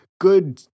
good